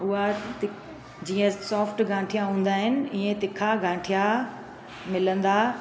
उहा तिख जीअं सॉफ्ट गाठियां हूंदा आहिनि इअं तिखा गाठियां मिलंदा